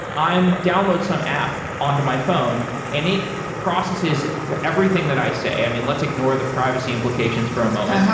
download some app on to my phone and it processes but everything that i say. i mean, let's ignore the privacy implications for a moment,